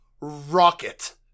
Rocket